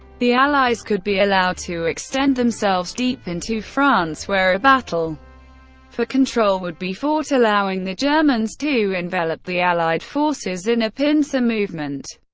the allies could be allowed to extend themselves deep into france where a battle for control would be fought, allowing the germans to envelop the allied forces in a pincer movement,